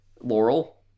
Laurel